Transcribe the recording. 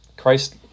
Christ